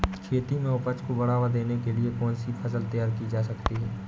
खेती में उपज को बढ़ावा देने के लिए कौन सी फसल तैयार की जा सकती है?